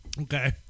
Okay